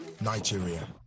Nigeria